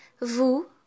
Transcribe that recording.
Vous